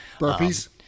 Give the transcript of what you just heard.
burpees